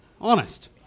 Honest